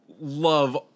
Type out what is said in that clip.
love